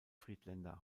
friedländer